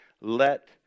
Let